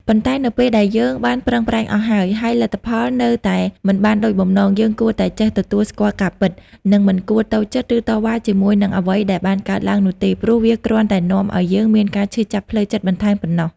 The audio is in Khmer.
ប៉ុន្តែនៅពេលដែលយើងបានប្រឹងប្រែងអស់ហើយ ហើយលទ្ធផលនៅតែមិនបានដូចបំណង យើងគួរតែចេះទទួលស្គាល់ការពិត និងមិនគួរតូចចិត្ត ឬតវ៉ាជាមួយនឹងអ្វីដែលបានកើតឡើងនោះទេ ព្រោះវាគ្រាន់តែនាំឱ្យយើងមានការឈឺចាប់ផ្លូវចិត្តបន្ថែមប៉ុណ្ណោះ។